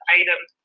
items